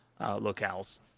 locales